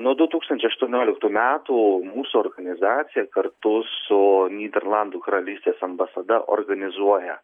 nuo du tūkstančiai aštuonioliktų metų mūsų organizacija kartu su nyderlandų karalystės ambasada organizuoja